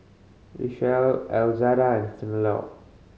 Richelle Elzada and